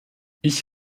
ich